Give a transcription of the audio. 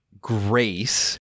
grace